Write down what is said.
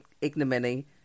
ignominy